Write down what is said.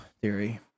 theory